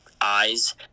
eyes